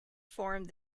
formed